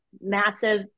massive